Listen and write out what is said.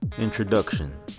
Introduction